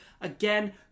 again